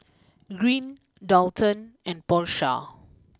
Green Daulton and Porsha